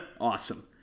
Awesome